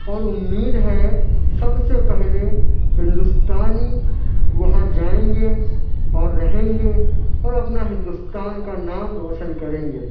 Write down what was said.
اور اُمید ہے سب سے پہلے ہندوستانی وہاں جائیں گے اور رہیں گے اور اپنا ہندوستان کا نام روشن کریں گے